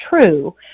true